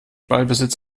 ballbesitz